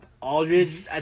Aldridge